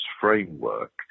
framework